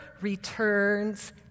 returns